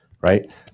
right